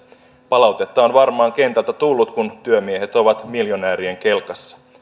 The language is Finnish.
palautetta on varmaan kentältä tullut kun työmiehet ovat miljonäärien kelkassa